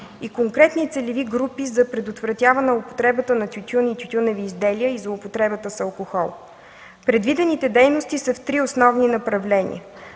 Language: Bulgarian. и конкретни целеви групи за предотвратяване употребата на тютюн и тютюневи изделия и злоупотребата с алкохол. Предвидените дейности са в три основни направления: